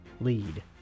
Lead